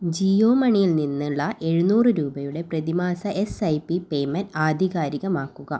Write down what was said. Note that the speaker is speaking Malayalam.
ജിയോ മണിയിൽ നിന്നുള്ള എഴുന്നൂറ് രൂപയുടെ പ്രതിമാസ എസ് ഐ പി പേയ്മെൻ്റ് ആധികാരികമാക്കുക